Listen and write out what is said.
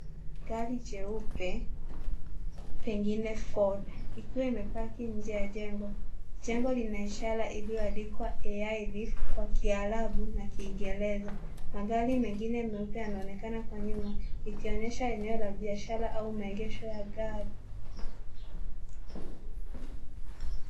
Gari jeupe pengine Ford ikiwa imepaki nje ya jengo. Jengo lina ishara iliyoandikwa AI REEF kwa kiaarabu na kingereza. Magari mengine meupe yanaonekana kwa nyuma ikionyesha eneo la biashara au maegesho ya gari.